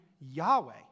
Yahweh